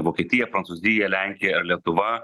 vokietija prancūzija lenkija ar lietuva